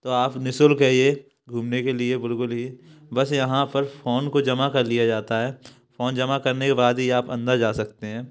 तो आप नि शुल्क है ये घूमने के लिए बिलकुल ही बस यहाँ पर फोन को जमा कर लिया जाता है फोन जमा करने के बाद ही आप अंदर जा सकते हैं